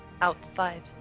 outside